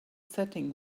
setting